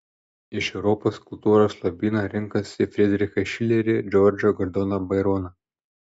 iš europos kultūros lobyno rinkosi fridrichą šilerį džordžą gordoną baironą